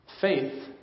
Faith